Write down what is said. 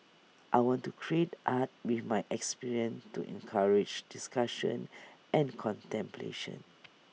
I want to create art with my experience to encourage discussion and contemplation